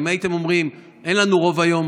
אם הייתם אומרים: אין לנו רוב היום,